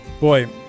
Boy